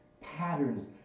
patterns